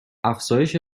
افزایش